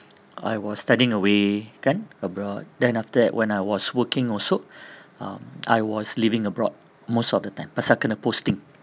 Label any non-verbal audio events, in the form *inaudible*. I was studying away kan abroad then after that when I was working also *breath* um I was living abroad most of the time pasal kena posting